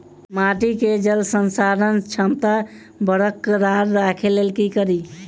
माटि केँ जलसंधारण क्षमता बरकरार राखै लेल की कड़ी?